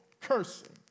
cursing